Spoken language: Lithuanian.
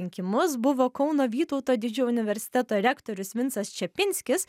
rinkimus buvo kauno vytauto didžiojo universiteto rektorius vincas čepinskis